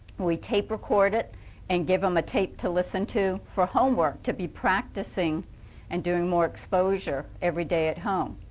we tape record it and give them a tape to listen to. for home work to be practicing and doing more exposure every day at home.